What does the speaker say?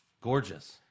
gorgeous